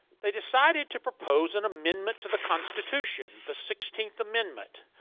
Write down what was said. they decided to propose an amendment to the constitution. the sixteenth amendment.